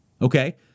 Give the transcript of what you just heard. Okay